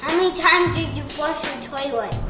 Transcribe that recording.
many times did you flush a